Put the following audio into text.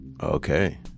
Okay